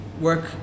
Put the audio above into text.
work